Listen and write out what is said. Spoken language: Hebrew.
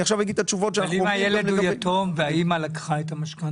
ואם הילד הוא יתום והאימא לקחה את המשכנתא?